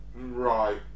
Right